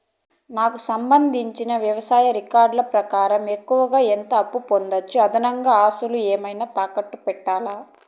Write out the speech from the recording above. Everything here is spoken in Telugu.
నాకు సంబంధించిన వ్యవసాయ రికార్డులు ప్రకారం ఎక్కువగా ఎంత అప్పు పొందొచ్చు, అదనంగా ఆస్తులు ఏమన్నా తాకట్టు పెట్టాలా?